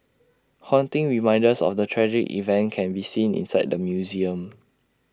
haunting reminders of the tragic event can be seen inside the museum